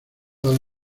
del